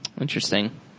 Interesting